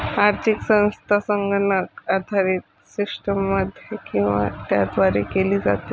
आर्थिक संस्था संगणक आधारित सिस्टममध्ये किंवा त्याद्वारे केली जाते